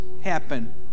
happen